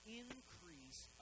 increase